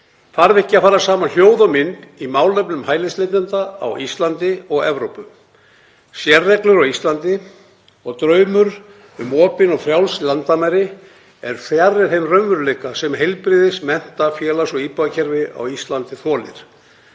Þarf ekki að fara saman hljóð og mynd í málefnum hælisleitenda á Íslandi og Evrópu? Sérreglur á Íslandi og draumur um opin og frjáls landamæri er fjarri þeim raunveruleika sem heilbrigðis-, mennta-, félags- og íbúðakerfið á Íslandi þolir.